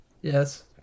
Yes